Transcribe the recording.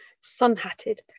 sun-hatted